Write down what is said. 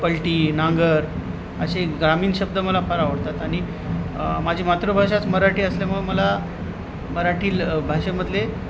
पलटी नांगर असे ग्रामीण शब्द मला फार आवडतात आणि माझी मातृभाषाच मराठी असल्यामुळं मला मराठी ल भाषेमधले